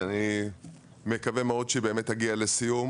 ואני מקווה מאוד שהיא באמת תגיע לסיום.